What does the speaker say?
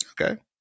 Okay